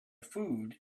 food